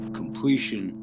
completion